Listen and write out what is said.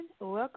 Welcome